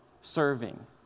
serving